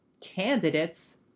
candidates